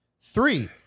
Three